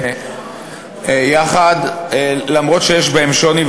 אף שיש ביניהם שוני,